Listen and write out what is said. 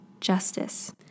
justice